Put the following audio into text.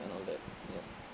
and all that ya